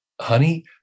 honey